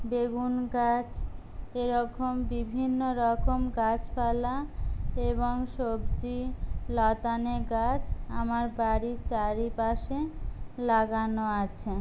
বেগুন গাছ এরকম বিভিন্ন রকম গাছপালা এবং সবজি লতানে গাছ আমার বাড়ির চারিপাশে লাগানো আছে